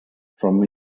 from